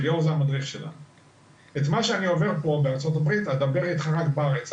את מה שאני עובר פה בארצות הברית אדבר איתך רק בארץ,